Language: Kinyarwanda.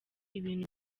ibintu